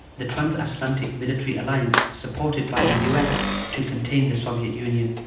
the trans-atlantic military alliance supported by the us to contain the soviet union.